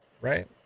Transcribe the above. Right